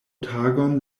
tagon